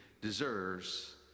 deserves